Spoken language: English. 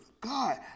God